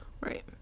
Right